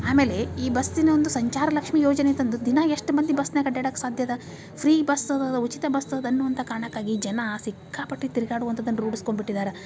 ಆಮೇಲೆ ಈ ಬಸ್ಸಿನ ಒಂದು ಸಂಚಾರ ಲಕ್ಷ್ಮಿ ಯೋಜನೆ ತಂದು ದಿನಾ ಎಷ್ಟು ಮಂದಿ ಬಸ್ನಾಗ ಅಡ್ಯಾಡಕ್ಕೆ ಸಾಧ್ಯ ಅದ ಫ್ರೀ ಬಸ್ ಅದ ಉಚಿತ ಬಸ್ ಅದ ಅನ್ನುವಂಥ ಕಾರಣಕ್ಕಾಗಿ ಜನ ಸಿಕ್ಕಾಪಟ್ಟೆ ತಿರುಗಾಡುವಂಥದನ್ನ ರೂಢಿಸ್ಕೊಂಡು ಬಿಟ್ಟಿದಾರೆ